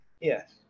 Yes